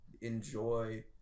enjoy